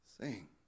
sing